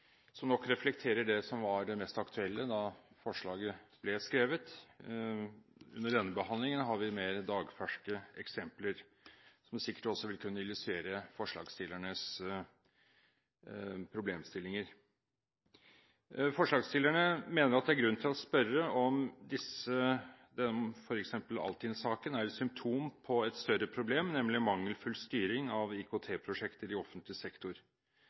som nok reflekterer det som var det mest aktuelle da forslaget ble skrevet. Under denne behandlingen har vi mer dagferske eksempler, som sikkert også vil kunne illustrere forslagsstillernes problemstillinger. Forslagsstillerne mener at det er grunn til å spørre om f.eks. Altinn-saken er et symptom på et større problem, nemlig mangelfull styring av IKT-prosjekter i offentlig sektor.